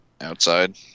outside